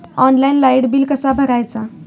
Online light bill कसा भरायचा?